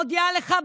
מודיעה לך,